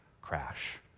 crash